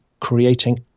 creating